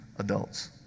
adults